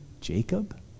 Jacob